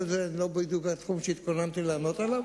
וזה לא בדיוק התחום שהתכוננתי לענות עליו.